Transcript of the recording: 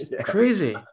crazy